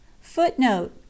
footnote